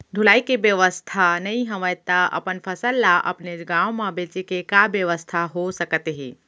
ढुलाई के बेवस्था नई हवय ता अपन फसल ला अपनेच गांव मा बेचे के का बेवस्था हो सकत हे?